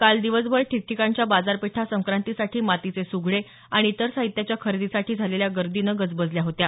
काल दिवसभर ठिकठिकाणच्या बाजारपेठा संक्रांतीसाठी मातीचे सुघडे आणि इतर साहित्याच्या खरेदीसाठी झालेल्या गर्दीनं गजबजल्या होत्या